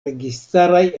registaraj